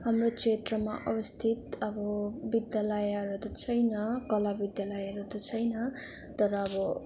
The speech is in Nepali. हाम्रो क्षेत्रमा अवस्थित अब विद्यालयहरू त छैन कला विद्यालयहरू त छैन तर अब